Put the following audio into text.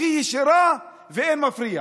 הכי ישירה, באין מפריע.